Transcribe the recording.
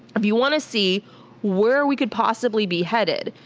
if you wanna see where we could possibly be headed,